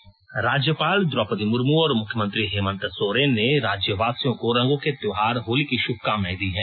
होली संदेश राज्यपाल द्रौपदी मुर्मू और मुख्यमंत्री हेमंत सोरेन ने राज्यवासियों को रंगों के त्यौहार होली की श्भकामनायें दी हैं